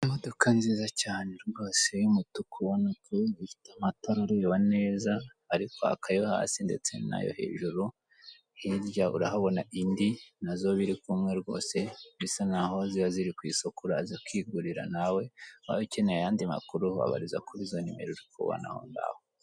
Imodoka nziza cyane rwose y'umutuku ubona ko ifite amatara ureba neza ari kwaka ayo hasi ndetse nayo hejuru, hirya urahabona indi nazo biri kumwe rwose bisa naho ziba ziri ku isoko uraza ukugurira nawe, waba ukeneye ayandi makuru wabariza kuri izo nimero uri kubana ahongaho.